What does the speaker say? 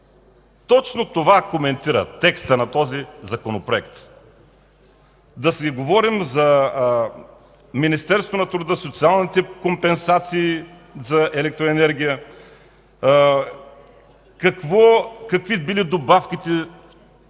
Точно това коментира текстът на този законопроект. Да си говорим за Министерство на труда, социалните компенсации за електроенергия, какви били добавките